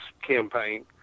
campaign